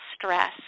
stress